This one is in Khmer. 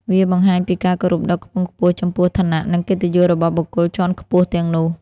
វាបង្ហាញពីការគោរពដ៏ខ្ពង់ខ្ពស់ចំពោះឋានៈ និងកិត្តិយសរបស់បុគ្គលជាន់ខ្ពស់ទាំងនោះ។